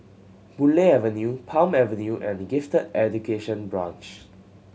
Boon Lay Avenue Palm Avenue and Gifted Education Branch